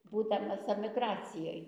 būdamas emigracijoj